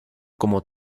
como